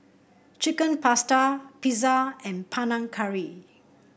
Chicken Pasta Pizza and Panang Curry